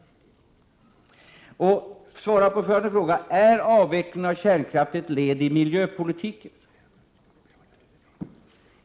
Svara även på följande fråga: Är avvecklingen av kärnkraft ett led i miljöpolitiken?